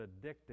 addictive